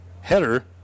header